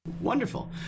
Wonderful